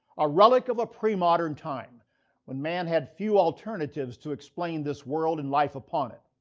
a relic of a pre-modern time when man had few alternatives to explain this world and life upon it.